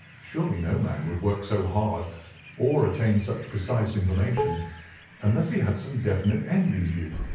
surely no man would work so hard or attain such precise information unless he had some definite end in view.